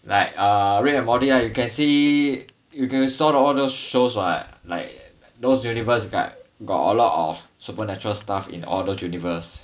like uh rick and morty right you can see you saw all those shows what like those universe like got a lot of supernatural stuff in all those universe